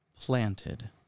planted